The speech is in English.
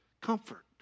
Comfort